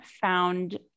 found